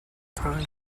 time